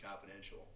confidential